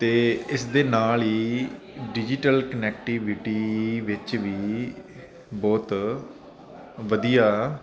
ਤੇ ਇਸ ਦੇ ਨਾਲ ਹੀ ਡਿਜੀਟਲ ਕਨੈਕਟੀਵਿਟੀ ਵਿੱਚ ਵੀ ਬਹੁਤ ਵਧੀਆ